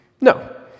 No